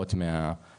להוראות שיקבל מהממשלה.